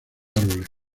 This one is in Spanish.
árboles